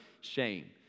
shame